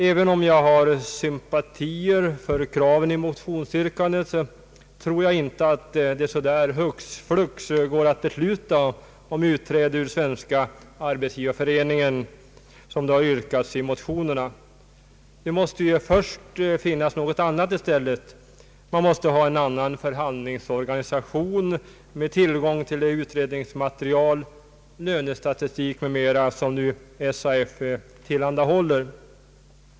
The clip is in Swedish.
Även om jag har sympatier för kraven i motionsyrkandet tror jag inte att det är möjligt att hux flux besluta om utträde ur Svenska arbetsgivareföreningen, vilket har yrkats i motionen. Först måste erbjudas ett alternativ. Man måste ha en annan förhandlingsorganisation med tillgång till det utredningsmaterial, den lönestatistik m.m. som nu SAF tillhandahåller.